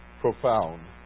profound